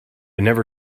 never